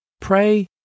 Pray